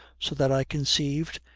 so that i conceived,